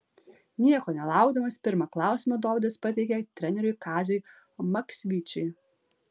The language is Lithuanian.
nieko nelaukdamas pirmą klausimą dovydas pateikė treneriui kaziui maksvyčiui